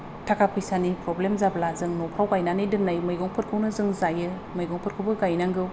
थाखा फैसानि प्रब्लेम जाब्ला जों न'फ्राव गायनानै दोननाय मैगंफोरखौनो जों जायो मैगंफोरखौबो गायनांगौ